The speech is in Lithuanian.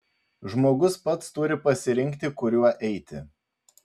žmogus pats turi pasirinkti kuriuo eiti